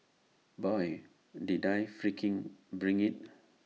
boy did I freaking bring IT